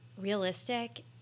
realistic